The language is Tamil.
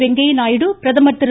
வெங்கய்ய நாயுடு பிரதமர் திரு